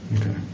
Okay